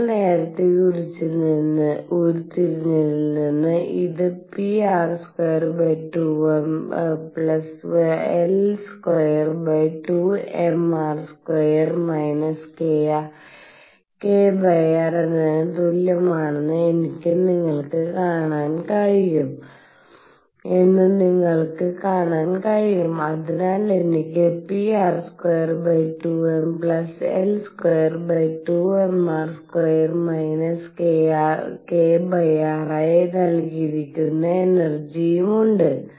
നമ്മൾ നേരത്തെ ഉരുത്തിരിഞ്ഞതിൽ നിന്ന് ഇത് Pr22mL22mr2 krഎന്നതിന് തുല്യമാണ് എന്ന് നിങ്ങൾക്ക് കാണാൻ കഴിയും അതിനാൽ എനിക്ക് Pr22mL22mr2 kr ആയി നൽകിയിരിക്കുന്ന എനർജിമുണ്ട്